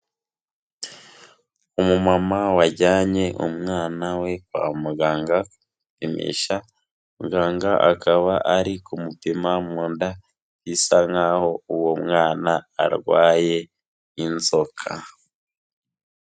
Umumama wajyanye umwana we kwa muganga kumupimisha, muganga akaba ari kumupima mu nda bisa nkaho uwo mwana arwaye inzoka.